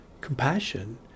compassion